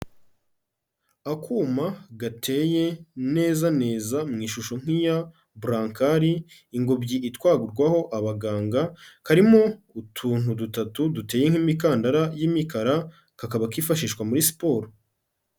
Akuma gateye neza neza mu ishusho nk'iya burankari, ingobyi itwarwaho abaganga, karimo utuntu dutatu duteye nk'imikandara y'imikara kakaba kifashishwa muri siporo.